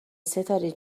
ستاره